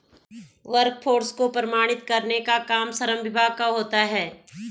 workforce को प्रमाणित करने का काम श्रम विभाग का होता है